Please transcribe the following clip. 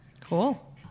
Cool